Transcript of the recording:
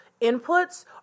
inputs